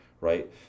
right